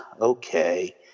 okay